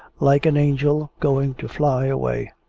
like an angel going to fly away.